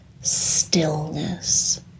stillness